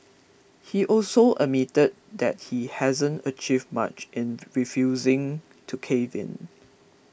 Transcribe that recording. he also admitted that he hasn't achieved much in refusing to cave in